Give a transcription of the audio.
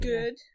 Good